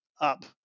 up